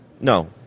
No